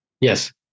Yes